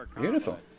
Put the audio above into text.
beautiful